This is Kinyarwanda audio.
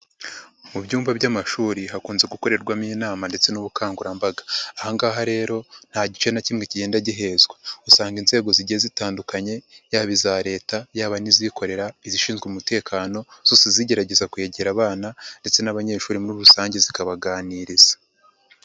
Mu byumba by'amashuri hakunze gukorerwamo inama ndetse n'ubukangurambaga. Aha ngaha rero nta gice na kimwe kigenda gihezwa. Usanga inzego zigiye zitandukanye yaba iza leta, yaba n'izikorera, izishinzwe umutekano, zose zigerageza kwegera abana ndetse n'abanyeshuri muri rusange zikabaganiriza.